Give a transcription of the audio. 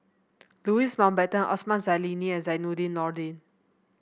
Louis Mountbatten Osman Zailani and Zainudin Nordin